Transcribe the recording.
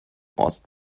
ost